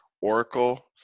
Oracle